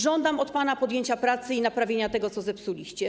Żądam od pana podjęcia pracy i naprawienia tego, co zepsuliście.